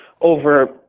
over